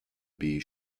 bee